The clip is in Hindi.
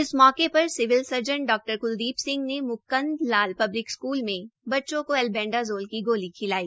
इस मौके पर सिविल सर्जन डा क्लदीप सिंह ने म्कंद लाल पब्लिक स्कूल में बच्चों को एल्वेंडाजोल की गोली खिलाई